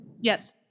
Yes